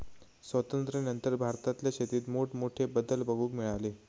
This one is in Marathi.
स्वातंत्र्यानंतर भारतातल्या शेतीत मोठमोठे बदल बघूक मिळाले